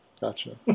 Gotcha